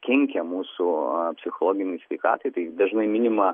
kenkia mūsų psichologinei sveikatai bei dažnai minima